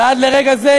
ועד לרגע זה,